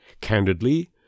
Candidly